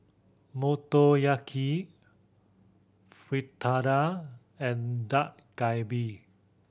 Motoyaki Fritada and Dak Galbi